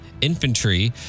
Infantry